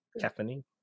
Caffeine